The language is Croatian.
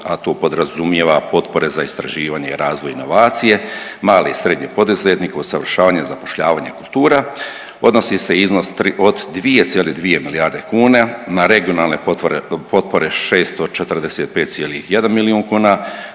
a to podrazumijeva potpore za istraživanje, razvoj, inovacije, male i srednje poduzetnike, usavršavanje, zapošljavanje, kultura odnosi se iznos od 2,2 milijarde kuna, na regionalne potpore 645,1 milijun kuna